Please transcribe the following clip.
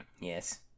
Yes